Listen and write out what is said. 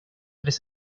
tres